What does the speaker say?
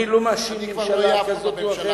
אני כבר לא אהיה אף פעם בממשלה.